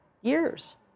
years